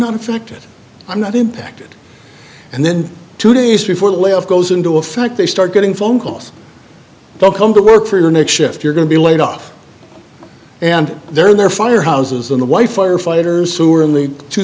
not affected i'm not impacted and then two days before the layoff goes into effect they start getting phone calls don't come to work for your next shift you're going to be laid off and there are there fire houses in the white firefighters who are in the two